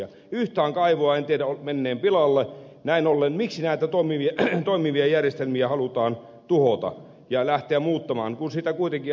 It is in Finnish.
yhtään kaivoa en tiedä menneen pilalle näin ollen miksi näitä toimivia järjestelmiä halutaan tuhota ja lähteä muuttamaan kun siitä kuitenkin aiheutuu kuluja